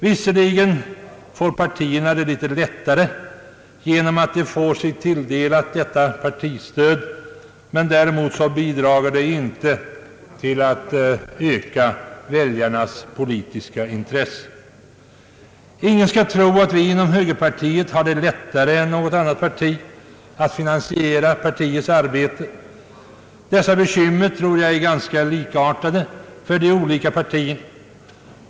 Visserligen får partierna det litet lättare genom att de får ett partistöd, men detta bidrager inte till att öka väljarnas politiska intresse. Ingen skall tro att högerpartiet har det lättare än något annat parti att finansiera sitt arbete. Dessa bekymmer tror jag är ganska likartade för de olika partierna.